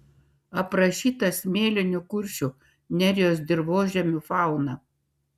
aprašyta smėlinių kuršių nerijos dirvožemių fauna